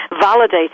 validate